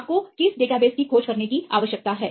आपको किस डेटाबेस की खोज करने की आवश्यकता है